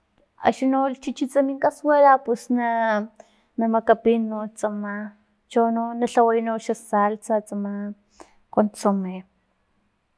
Axni no chichits min casuala pus na- na makapin no tsama chono na tlaway no xa salsa tsama consome.